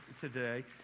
today